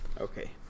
Okay